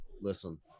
listen